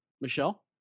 Michelle